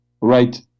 right